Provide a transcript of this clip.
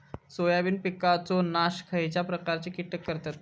Soybean पिकांचो नाश खयच्या प्रकारचे कीटक करतत?